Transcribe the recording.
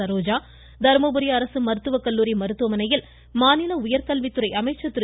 சரோஜா தர்மபுரி அரசு மருத்துவக்கல்லூரி மருத்துவமனையில் மாநில உயர்கல்வித்துறை அமைச்சர் திரு